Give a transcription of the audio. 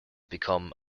become